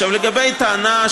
לגבי הטענה,